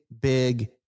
big